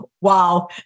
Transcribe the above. wow